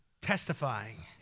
testifying